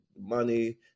money